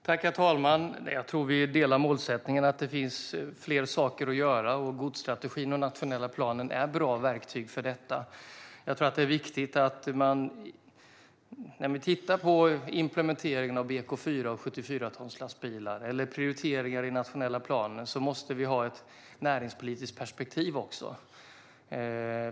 Herr talman! Jag tror att vi delar målsättningen och synen att det finns fler saker att göra. Godsstrategin och den nationella planen är bra verktyg för detta. När vi tittar på implementeringen av BK4 och lastbilar som väger 74 ton eller på prioriteringar i den nationella planen måste vi också ha ett näringspolitiskt perspektiv.